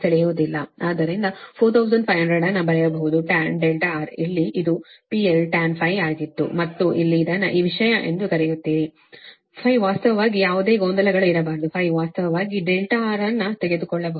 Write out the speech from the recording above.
ಆದ್ದರಿಂದ 4500 ಅನ್ನು ಬರೆಯಬಹುದುtan R ಇಲ್ಲಿ ಅದು PL Tan ಆಗಿತ್ತು ಮತ್ತು ಇಲ್ಲಿ ಇದನ್ನು ಈ ವಿಷಯ ಎಂದು ಕರೆಯುತ್ತೀರಿ ವಾಸ್ತವವಾಗಿ ಯಾವುದೇ ಗೊಂದಲಗಳು ಇರಬಾರದು ವಾಸ್ತವವಾಗಿ R ಅನ್ನು ತೆಗೆದುಕೊಳ್ಳಬಹುದು